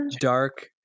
dark